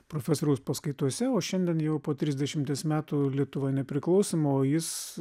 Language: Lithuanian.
profesoriaus paskaitose o šiandien jau po trisdešimties metų lietuva nepriklausoma o jis